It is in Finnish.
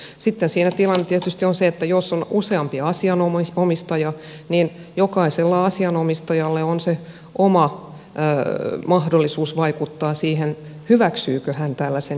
sitten siinä tilanne on tietysti se että jos on useampi asianomistaja niin jokaisella asianomistajalla on se oma mahdollisuus vaikuttaa siihen hyväksyykö hän tällaisen järjestelmän vai ei